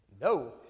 no